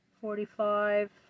forty-five